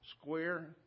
square